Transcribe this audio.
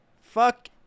Fuck